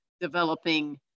developing